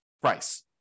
price